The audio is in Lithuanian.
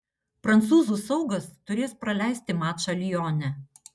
prancūzų saugas turės praleisti mačą lione